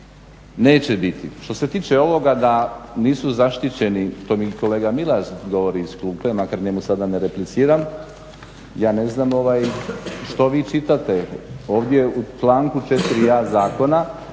neće biti. Što se tiče ovoga da nisu zaštićeni, to mi i kolega Milas govori iz klupe makar njemu sada ne repliciram, ja ne znam što vi čitate. Ovdje u članku 4.a zakona